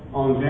on